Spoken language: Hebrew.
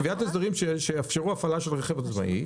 קביעת הסדרים שיאפשרו הפעלה של רכב עצמאי,